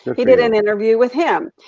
he did an interview with him,